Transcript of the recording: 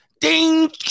Ding